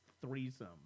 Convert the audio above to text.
threesome